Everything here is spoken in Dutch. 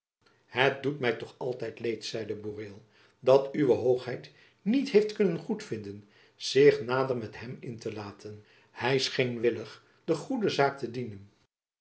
het doet my toch altijd leed zeide boreel dat uwe hoogheid niet heeft kunnen goedvinden zich nader met hem in te laten hy scheen willig de goede zaak te dienen